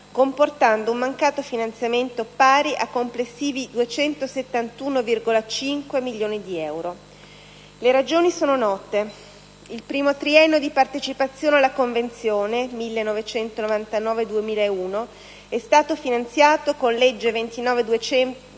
comportando un mancato finanziamento pari a complessivi 271,5 milioni di euro. Le ragioni sono note. Il primo triennio di partecipazione alla Convenzione (1999-2001) è stato finanziato con legge 29